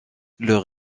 leur